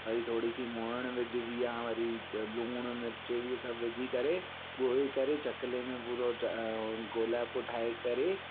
वरी थोरी सी मुहिड़ विझिबी आहे वरी लूणु मिर्चु विझी करे ॻोहे करे चकले में पूरो गोलाइपो ठाहे करे